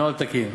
נוהל תקין.